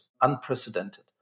unprecedented